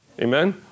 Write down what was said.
Amen